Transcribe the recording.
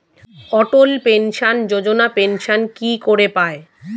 অটল pension Yojana pension কি করে পায়?